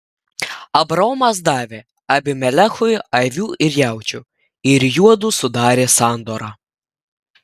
abraomas davė abimelechui avių ir jaučių ir juodu sudarė sandorą